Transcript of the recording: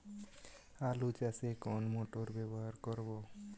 আলু চাষে কোন মোটর ব্যবহার করব?